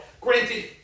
Granted